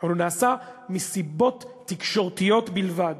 אבל הוא נעשה מסיבות תקשורתיות בלבד.